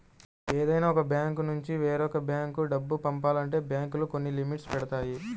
ఏదైనా ఒక బ్యాంకునుంచి వేరొక బ్యేంకు డబ్బు పంపాలంటే బ్యేంకులు కొన్ని లిమిట్స్ పెడతాయి